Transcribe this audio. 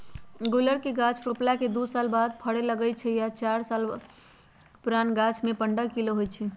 गुल्लर के गाछ रोपला के दू साल बाद फरे लगैए छइ आ चार पाच साल पुरान गाछमें पंडह किलो होइ छइ